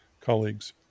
colleagues